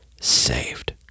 saved